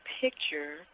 picture